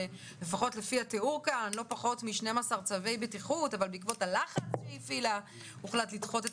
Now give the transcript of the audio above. לא פחות מ-12 צווי בטיחות שבעקבות הלחץ שהיא הפעילה הוחלט לדחות את